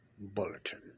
bulletin